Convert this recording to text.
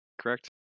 correct